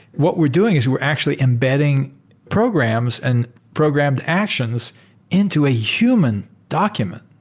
what we're doing is we're actually embedding programs and programmed actions into a human document.